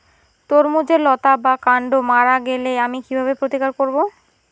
তরমুজের লতা বা কান্ড মারা গেলে আমি কীভাবে প্রতিকার করব?